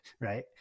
right